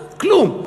כלום,